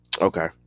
Okay